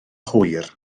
hwyr